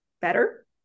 better